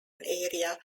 area